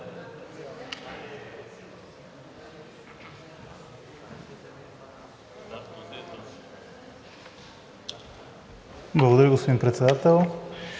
Благодаря, господин Председател.